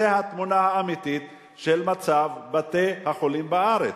זאת התמונה האמיתית של מצב בתי-החולים בארץ.